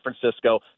Francisco